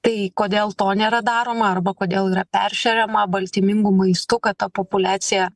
tai kodėl to nėra daroma arba kodėl yra peršeriama baltymingu maistu kad ta populiacija